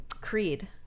Creed